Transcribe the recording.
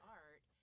art